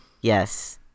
yes